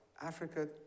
Africa